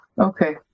Okay